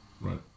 Right